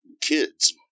kids